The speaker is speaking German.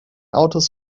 autos